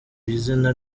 izina